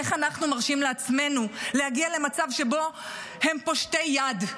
איך אנחנו מרשים לעצמנו להגיע למצב שבו הם פושטי יד?